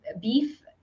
beef